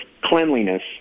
cleanliness